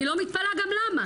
אני לא מתפלא גם למה.